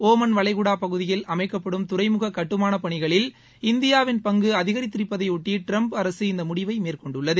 Oman வளைகுடா பகுதியில் அமைக்கப்படும் துறைமுக கட்டுமானப் பணிகளில் இந்தியாவின் பங்கு அதிகரித்திருப்பதையொட்டி ட்டிரம்ப் அரசு இந்த முடிவை மேற்கொண்டுள்ளது